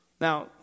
Now